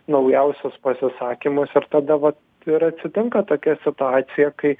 naujausius pasisakymus ir tada vat ir atsitinka tokia situacija kai